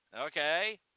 Okay